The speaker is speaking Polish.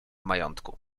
majątku